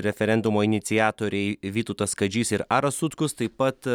referendumo iniciatoriai vytautas kadžys ir aras sutkus taip pat